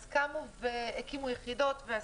אז קמו והקימו יחידות ועשו.